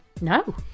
No